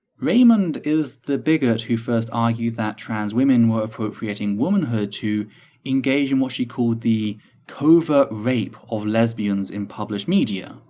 raymond is the bigot who first argued that trans women appropriating womanhood to engage in what she called the covert rape of lesbians in published media.